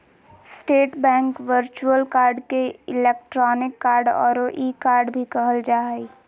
state Bank virtual card के electronic card औरो e card भी कहल जा हइ